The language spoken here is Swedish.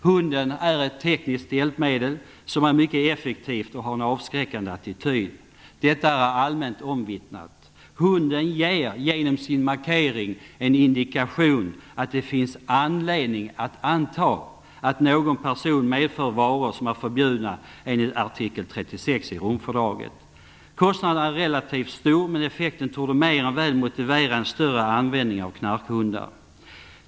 Hunden är ett tekniskt hjälpmedel som är mycket effektivt och har en avskräckande attityd. Detta är allmänt omvittnat. Hunden ger genom sin markering en indikation om att det finns anledning att anta att någon person medför varor som är förbjudna enligt artikel 36 i Romfördraget. Kostnaden är relativt stor, men effekten torde mer än väl motivera en större användning av knarkhundar.